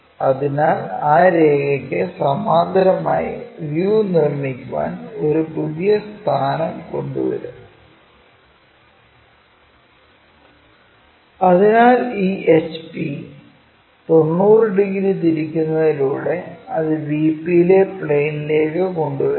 അതിനാൽ ആ രേഖക്ക് സമാന്തരമായി വ്യൂ നിർമ്മിക്കാൻ ഒരു പുതിയ സ്ഥാനം കൊണ്ടുവരും അതിനാൽ ഈ HP 90 ഡിഗ്രി തിരിക്കുന്നതിലൂടെ അത് VP യിലെ പ്ലെയിനിലേക്ക് കൊണ്ടുവരുന്നു